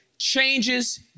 changes